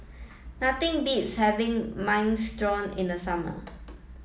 nothing beats having Minestrone in the summer